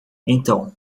então